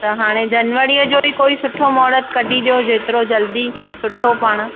त हाणे जनवरीअ जो ई कोई सुठो महुरतु कढी ॾियो जेतिरो जल्दी सुठो पाण